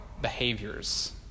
behaviors